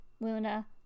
Luna